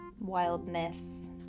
wildness